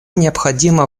необходимо